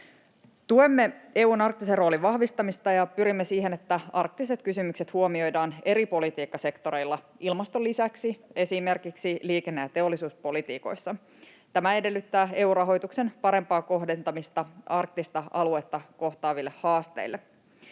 Tuemme EU:n arktisen roolin vahvistamista ja pyrimme siihen, että arktiset kysymykset huomioidaan eri politiikkasektoreilla, ilmaston lisäksi esimerkiksi liikenne‑ ja teollisuuspolitiikoissa. Tämä edellyttää EU-rahoituksen parempaa kohdentamista arktista aluetta kohtaaville haasteille.